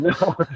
No